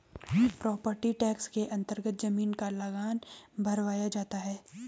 property tax के अन्तर्गत जमीन का लगान भरवाया जाता है